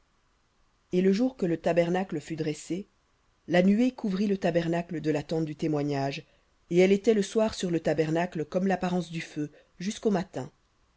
et le jour que le tabernacle fut dressé la nuée couvrit le tabernacle de la tente du témoignage et elle était le soir sur le tabernacle comme l'apparence du feu jusqu'au matin